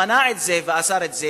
מנע את זה ואסר את זה.